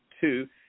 two